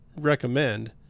recommend